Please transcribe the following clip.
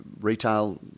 retail